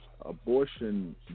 abortion